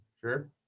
Sure